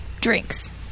Drinks